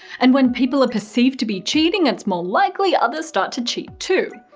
and when people are perceived to be cheating, it's more likely others start to cheat too.